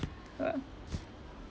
ah